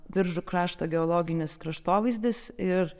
biržų krašto geologinis kraštovaizdis ir